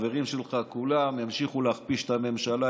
החברים שלך כולם ימשיכו להכפיש את הממשלה,